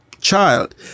child